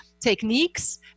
techniques